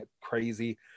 crazy